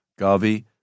Gavi